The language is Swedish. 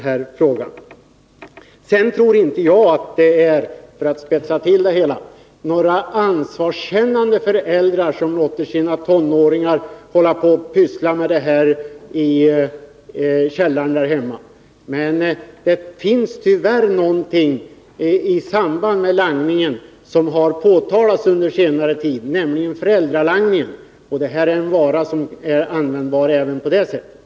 För att spetsa till det hela vill jag säga att jag inte tror att några ansvarskännande föräldrar låter sina tonåringar pyssla med sådant här i källaren där hemma. Men det finns tyvärr någonting i samband med langningen som har påtalats under senare tid, nämligen föräldralangningen. Det här är en vara som kan komma i fråga även i det sammanhanget.